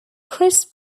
chris